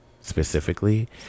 specifically